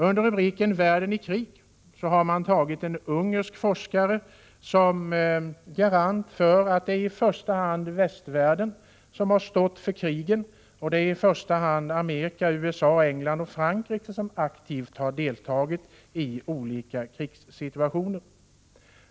Under rubriken Världen i krig har man tagit en ungersk forskare som garant för att det är västvärlden som har stått för krigen och att det i första hand är USA, England och Frankrike som aktivt har deltagit i olika krigssituationer.